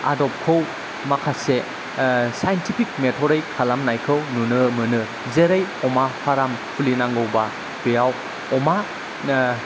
आदबखौ माखासे साइन्टिफिक मेथदै खालामनायखौ नुनो मोनो जेरै अमा फार्म खुलिनांगौब्ला बेयाव अमा